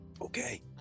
Okay